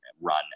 run